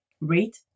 rate